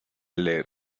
leer